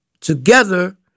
together